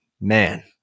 man